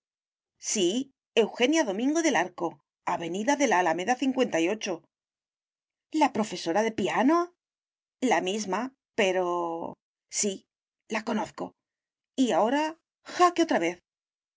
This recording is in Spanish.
sí eugenia domingo del arco avenida de la alameda la profesora de piano la misma pero sí la conozco y ahora jaque otra vez